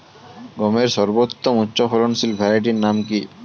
গমের সর্বোত্তম উচ্চফলনশীল ভ্যারাইটি নাম কি?